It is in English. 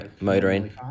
motoring